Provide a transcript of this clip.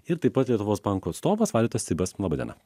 ir taip pat lietuvos banko atstovas vaidotas cibas laba diena